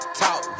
talk